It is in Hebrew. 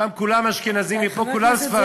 שם כולם אשכנזים ופה כולם ספרדים,